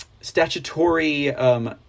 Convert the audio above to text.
statutory